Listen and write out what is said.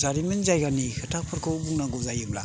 जारिमिन जायगानि खोथाफोरखौ बुंनांगौ जायोब्ला